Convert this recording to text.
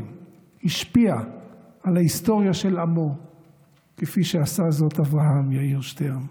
השפיע על ההיסטוריה של עמו כפי שעשה זאת אברהם יאיר שטרן.